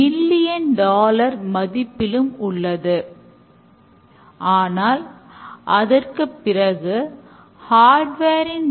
பயனாளர்களின் feedback தொடர்ந்து பெறப்பட்டு குழுவின் அங்கமாக ஆகின்றனர்